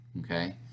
Okay